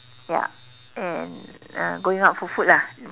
ya and uh going out for food lah